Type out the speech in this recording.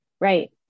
Right